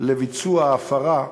של ההפרה עולה.